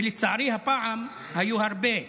ולצערי, הפעם היו הרבה כאלו.